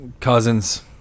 Cousins